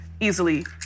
easily